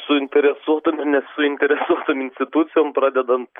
suinteresuotom ir nesuinteresuotom institucijom pradedant